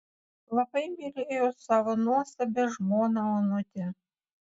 labai mylėjo savo nuostabią žmoną onutę